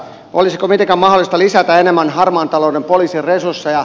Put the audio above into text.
olisiko mitenkään mahdollista lisätä harmaan talouden polii sien resursseja